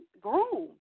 Groom